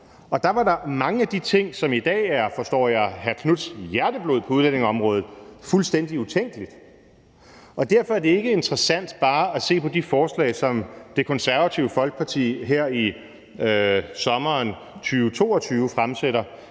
Og der var der mange af de ting, som jeg i dag forstår er hr. Marcus Knuths hjerteblod på udlændingeområdet, som var fuldstændig utænkelige. Og derfor er det ikke interessant bare at se på de forslag, som Det Konservative Folkeparti her i sommeren 2022 fremsætter.